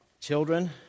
children